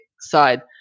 side